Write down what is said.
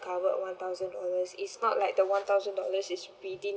covered one thousand dollars it's not like the one thousand dollars is redeem